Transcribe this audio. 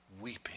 weeping